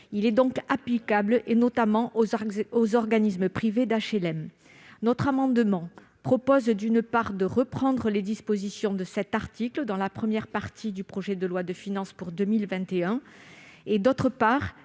Il est donc applicable, notamment, aux organismes privés d'HLM. Notre amendement vise, d'une part, à rattacher les dispositions de cet article à la première partie du projet de loi de finances pour 2021 et, d'autre part,